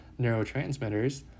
neurotransmitters